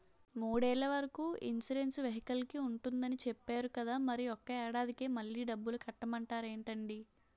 మూడేళ్ల వరకు ఇన్సురెన్సు వెహికల్కి ఉంటుందని చెప్పేరు కదా మరి ఒక్క ఏడాదికే మళ్ళి డబ్బులు కట్టమంటారేంటండీ?